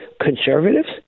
conservatives